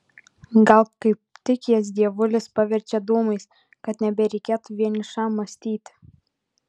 gal kaip tik jas dievulis paverčia dūmais kad nebereikėtų vienišam mąstyti